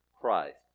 Christ